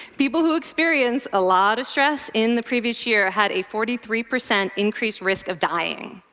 people who experienced a lot of stress in the previous year had a forty three percent increased risk of dying.